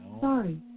Sorry